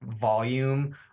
volume